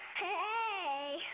hey